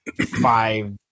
five